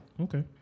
Okay